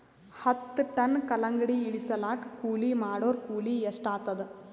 ಹತ್ತ ಟನ್ ಕಲ್ಲಂಗಡಿ ಇಳಿಸಲಾಕ ಕೂಲಿ ಮಾಡೊರ ಕೂಲಿ ಎಷ್ಟಾತಾದ?